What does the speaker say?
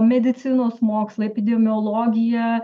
medicinos mokslo epidemiologija